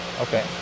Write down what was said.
Okay